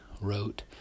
wrote